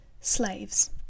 Slaves